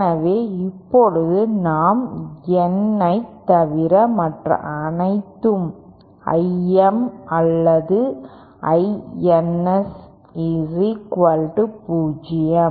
எனவே இப்போது நாம் N ஐத் தவிர மற்ற அனைத்து I M அல்லது I Ns 0